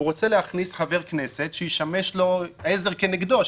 הוא רוצה להכניס חבר כנסת שישמש לו עזר כנגדו,